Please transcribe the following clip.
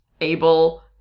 able